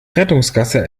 rettungsgasse